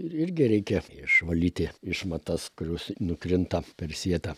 irgi reikia išvalyti išmatas kurios nukrinta per sietą